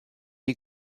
die